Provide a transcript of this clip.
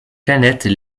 planètes